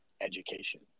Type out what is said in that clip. education